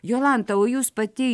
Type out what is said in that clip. jolanta o jūs pati